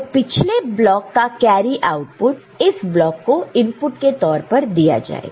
तो पिछले ब्लॉक का कैरी आउटपुट इस ब्लॉक को इनपुट के तौर पर दिया जाएगा